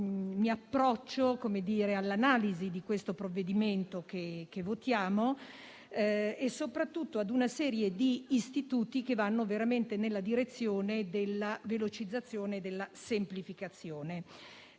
favorevole all'analisi del provvedimento che ci apprestiamo a votare e soprattutto a una serie di istituti che vanno veramente nella direzione della velocizzazione e della semplificazione.